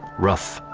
rough.